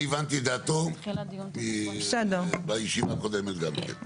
אני הבנתי את דעתו בישיבה הקודמת גם כן,